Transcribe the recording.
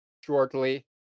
shortly